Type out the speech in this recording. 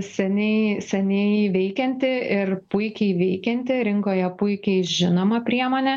seniai seniai veikianti ir puikiai veikianti rinkoje puikiai žinoma priemonė